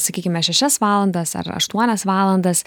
sakykime šešias valandas ar aštuonias valandas